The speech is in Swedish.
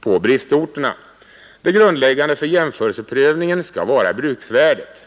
på bristorterna. Det grundläggande för jämförelseprövningen skall vara bruksvärdet.